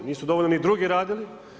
Nisu dovoljno ni drugi radili.